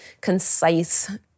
concise